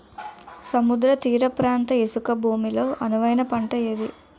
సముద్ర తీర ప్రాంత ఇసుక భూమి లో అనువైన పంట ఏది?